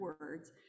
words